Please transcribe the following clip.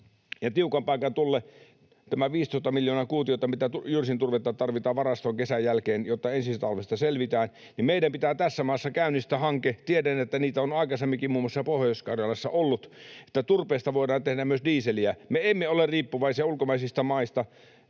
tiukan paikan tullen. Tämä 15 miljoonaa kuutiota tarvitaan jyrsinturvetta varastoon kesän jälkeen, jotta ensi talvesta selvitään. Meidän pitää tässä maassa käynnistää hanke — tiedän, että niitä on aikaisemminkin muun muassa Pohjois-Karjalassa ollut — että turpeesta voidaan tehdä myös dieseliä, että me emme ole riippuvaisia ulkomaisista maista